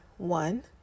one